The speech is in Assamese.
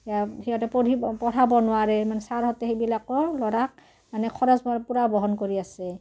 সিহঁতে পঢ়িব পঢ়াব নোৱাৰে মানে ছাৰহঁতে সেইবিলাকৰ ল'ৰাক মানে খৰচ পূৰা বহন কৰি আছে